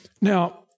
Now